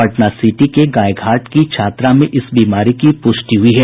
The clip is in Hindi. पटना सिटी के गायघाट की छात्रा में इस बीमारी की पुष्टि हुयी है